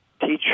teacher